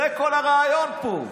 זה כל הרעיון פה.